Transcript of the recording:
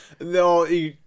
No